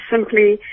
simply